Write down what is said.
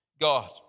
God